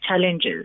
challenges